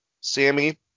Sammy